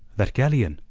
that galleon!